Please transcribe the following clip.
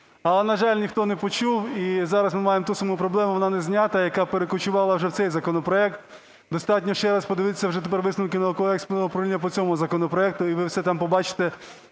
Але, на жаль, ніхто не почув, і зараз ми маємо ту саму проблему, вона не зняти, яка перекочувала вже в цей законопроект. Достатньо ще раз подивитися вже тепер висновки науково-експертного управління по цьому законопроекту - і ви все там побачите,